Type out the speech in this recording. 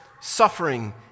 suffering